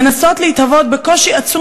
מנסות להתהוות בקושי עצום,